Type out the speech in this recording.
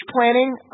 planning